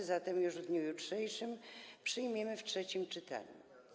A zatem już w dniu jutrzejszym przyjmiemy w trzecim czytaniu.